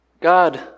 God